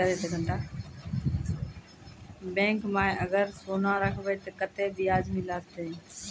Bank माई अगर सोना राखबै ते कतो ब्याज मिलाते?